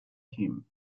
him